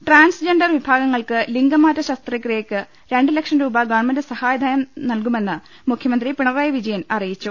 transgender വിഭാഗങ്ങൾക്ക് ലിംഗമാറ്റ ശസ്ത്രക്രിയയ്ക്ക് രണ്ട് ലക്ഷം രൂപ ഗവൺമെന്റ് സഹായധനം നൽകുമെന്ന് മുഖ്യമന്ത്രി പിണ റായി വിജയൻ അറിയിച്ചു